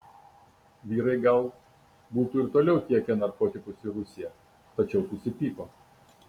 vyrai gal būtų ir toliau tiekę narkotikus į rusiją tačiau susipyko